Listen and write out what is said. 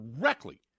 directly